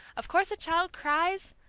of course the child cries!